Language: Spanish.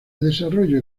desarrollo